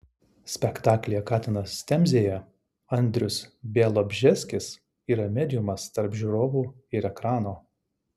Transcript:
spektaklyje katinas temzėje andrius bialobžeskis yra mediumas tarp žiūrovų ir ekrano